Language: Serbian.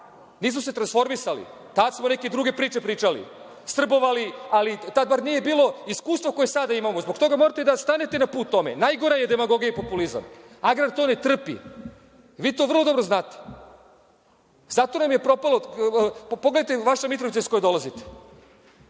Nisu se transformisali. Tada smo neke druge priče pričali. Srbovali, ali tada bar nije bilo iskustvo koje sada imamo. Zbog toga morate da stanete na put ome. Najgora je demagogija i populizam. Agrar to ne trpi. Vi to vrlo dobro znate. Zato nam je propalo, pogledajte vaša Mitrovica iz koje dolazite,